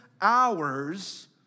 hours